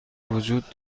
وجود